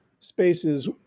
spaces